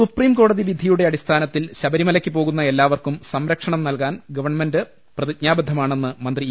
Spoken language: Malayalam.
സുപ്രീംകോടതി വിധിയുടെ അടിസ്ഥാനത്തിൽ ശബരിമലയ്ക്ക് പോകുന്ന എല്ലാവർക്കും സംരക്ഷണം നൽകാൻ ഗവൺമെന്റ് പ്രതിജ്ഞാബദ്ധമാണെന്ന് മന്ത്രി ഇ